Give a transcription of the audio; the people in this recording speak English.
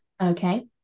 Okay